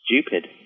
stupid